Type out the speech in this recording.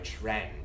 trend